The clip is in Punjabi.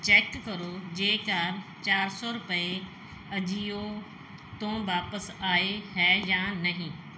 ਚੈੱਕ ਕਰੋ ਜੇਕਰ ਚਾਰ ਸੌ ਰੁਪਏ ਅਜੀਓ ਤੋਂ ਵਾਪਸ ਆਏ ਹੈ ਜਾਂ ਨਹੀਂ